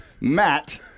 Matt